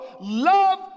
love